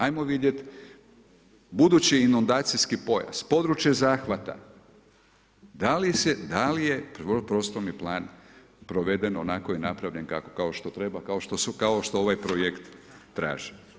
Ajmo vidjeti budući inundacijski pojas, područje zahvata, da li je prostorni plan proveden onako i napravljen kao što treba, kao što ovaj projekt traži.